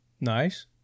Nice